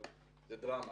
אבל זה דרמה.